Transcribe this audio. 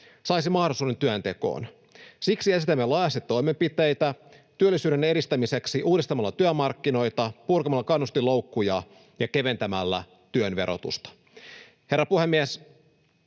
saisi mahdollisuuden työntekoon. Siksi esitämme laajasti toimenpiteitä työllisyyden edistämiseksi uudistamalla työmarkkinoita, purkamalla kannustinloukkuja ja keventämällä työn verotusta. Herra puhemies!